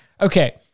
Okay